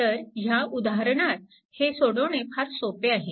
तर ह्या उदाहरणात हे सोडवणे फार सोपे आहे